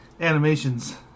animations